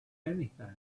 anything